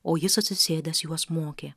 o jis atsisėdęs juos mokė